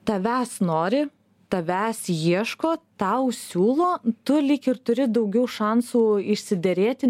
tavęs nori tavęs ieško tau siūlo tu lyg ir turi daugiau šansų išsiderėti